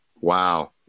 Wow